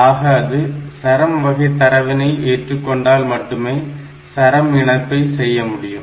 ஆக அது சரம் வகை தரவினை ஏற்றுக்கொண்டால் மட்டுமே சரம் இணைப்பை செய்ய முடியும்